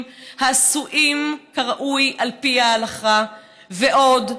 העשויים כראוי על פי ההלכה ועוד,